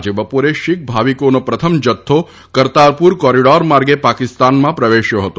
આજે બપોરે શીખ ભાવિકોનો પ્રથમ જથ્થો કરતારપૂર કોરીડોર માર્ગે પાકિસ્તાનમાં પ્રવેશ્યો હતો